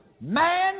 Man